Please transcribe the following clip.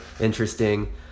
interesting